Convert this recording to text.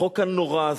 החוק הנורא הזה,